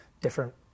different